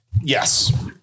yes